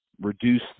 reduce